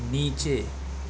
نیچے